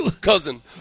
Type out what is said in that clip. cousin